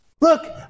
Look